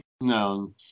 No